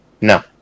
No